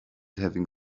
having